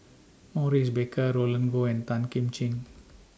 Maurice Baker Roland Goh and Tan Kim Ching